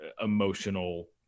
emotional